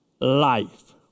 life